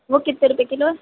وہ کتنے روپئے کلو ہے